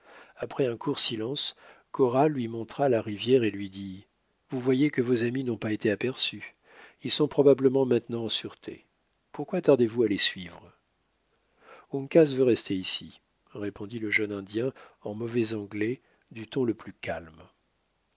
après un court silence cora lui montra la rivière et lui dit vous voyez que vos amis n'ont pas été aperçus ils sont probablement maintenant en sûreté pourquoi tardez vous à les suivre uncas veut rester ici répondit le jeune indien en mauvais anglais du ton le plus calme